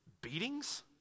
Beatings